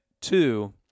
two